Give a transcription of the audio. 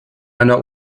einer